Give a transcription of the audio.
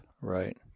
Right